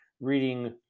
Reading